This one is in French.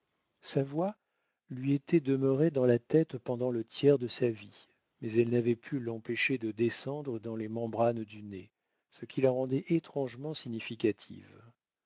sa voix lui était demeurée dans la tête pendant le tiers de sa vie mais elle n'avait pu l'empêcher de descendre dans les membranes du nez ce qui la rendait étrangement significative